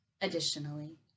Additionally